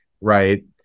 right